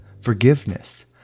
forgiveness